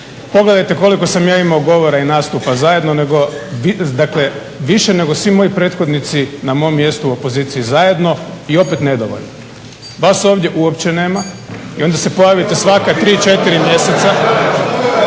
Pogledajte koliko sam ja imao govora i nastupa zajedno nego, dakle više nego svi moji prethodnici na mom mjestu u opoziciji zajedno i opet nedovoljno. Vas ovdje uopće nema i onda se pojavite svaka tri, četiri